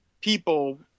people